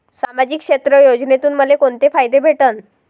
सामाजिक क्षेत्र योजनेतून मले कोंते फायदे भेटन?